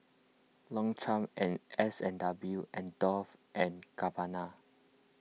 Longchamp and S and W and Dolce and Gabbana